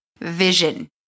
Vision